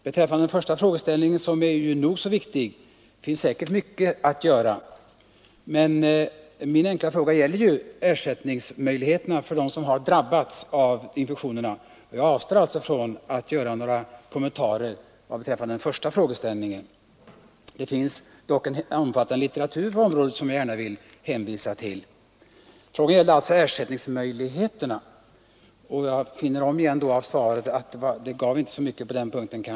Beträffande den första frågeställningen, som är nog så viktig, finns säkert mycket att göra, men min enkla fråga gällde ersättningsmöjligheterna för dem som har drabbats av infektionerna, och jag avstår alltså från att göra några kommentarer vad beträffar den första frågeställningen. Det finns dock en omfattande litteratur på området som jag gärna vill hänvisa till. Frågan gällde alltså ersättningsmöjligheterna, och svaret gav inte så mycket på den punkten.